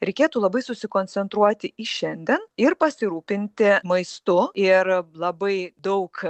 reikėtų labai susikoncentruoti į šiandien ir pasirūpinti maistu ir labai daug